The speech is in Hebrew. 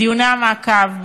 בדיוני המעקב,